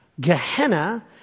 Gehenna